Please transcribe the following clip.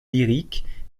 lyriques